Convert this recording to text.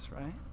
right